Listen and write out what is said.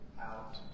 out